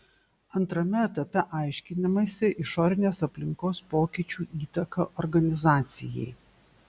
antrame etape aiškinamasi išorinės aplinkos pokyčių įtaka organizacijai